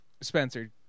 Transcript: Spencer